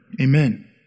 Amen